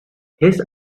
his